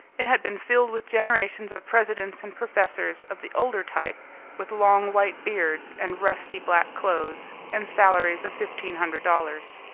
it had been filled with generations of presidents and professors of the older type with long white beards and rusty black clothes, and salaries of fifteen hundred dollars.